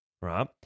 right